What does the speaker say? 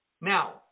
Now